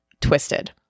twisted